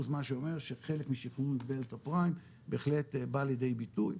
מה שאומר שחלק משיקום מגבלת הפריים בהחלט בא לידי ביטוי.